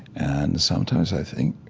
and sometimes i think,